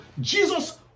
Jesus